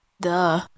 Duh